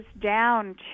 down